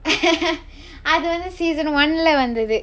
அது வந்து:athu vanthu season one lah வந்துது:vanthuthu